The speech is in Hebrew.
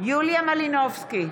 יוליה מלינובסקי,